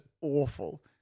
awful